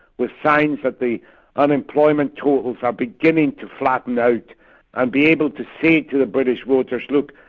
with signs that the unemployment totals are beginning to flatten out and be able to say to the british voters, look,